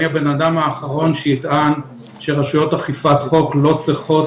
אני האדם האחרון שיטען שרשויות אכיפת חוק לא צריכות